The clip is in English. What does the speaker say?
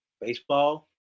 baseball